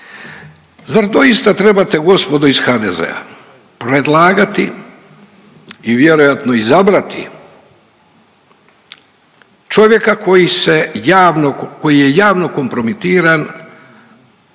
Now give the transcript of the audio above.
Zar to isto trebate gospodo iz HDZ-a predlagati i vjerojatno izabrati čovjeka koji se, koji je javno kompromitiran